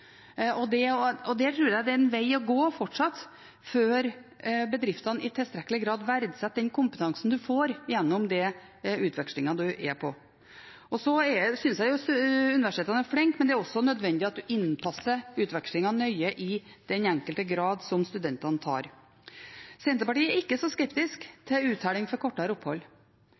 studenter har vært på. Der tror jeg fortsatt det er en veg å gå før bedriftene i tilstrekkelig grad verdsetter den kompetansen man får gjennom den utvekslingen man er på. Så synes jeg universitetene er flinke, men det er også nødvendig at man innpasser utvekslingen nøye i den enkelte grad som studentene tar. Senterpartiet er ikke så skeptisk til uttelling for kortere opphold.